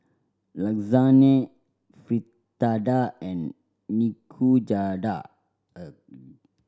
Lasagne Fritada and Nikujaga